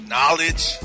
Knowledge